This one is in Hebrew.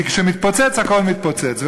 כי כשמתפוצץ הכול מתפוצץ.